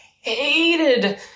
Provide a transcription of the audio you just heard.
hated